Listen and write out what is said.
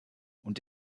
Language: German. und